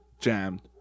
jammed